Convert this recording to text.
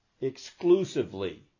Exclusively